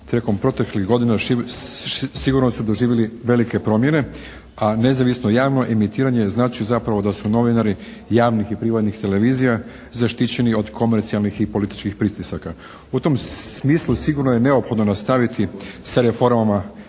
tijekom proteklih godina sigurno su doživjeli velike promjene, a nezavisno javno emitiranje znači zapravo da su novinari javnih i privatnih televizija zaštićeni od komercijalnih i političkih pritisaka. U tom smislu sigurno je neophodno nastaviti sa reformama Vijeća